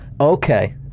Okay